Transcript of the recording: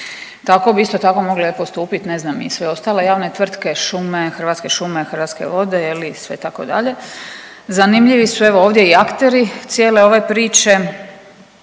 Tako bi isto tako mogle postupit ne znam i sve ostale javne tvrtke, šume, Hrvatske šume, Hrvatske vode je li i sve itd.. Zanimljivi su evo ovdje i akteri cijele ove priče,